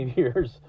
years